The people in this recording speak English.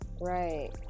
Right